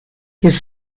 his